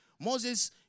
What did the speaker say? Moses